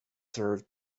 served